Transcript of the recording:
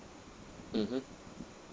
mmhmm